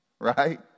Right